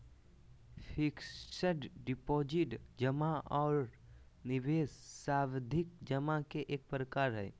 fixed deposit जमा आर निवेश सावधि जमा के एक प्रकार हय